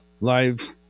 lives